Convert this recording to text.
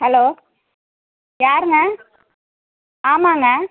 hello யாருங்க ஆமாங்க